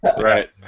Right